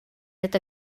это